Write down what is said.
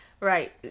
Right